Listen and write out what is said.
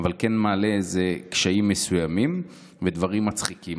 אבל כן מעלה קשיים מסוימים ודברים מצחיקים.